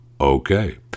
Okay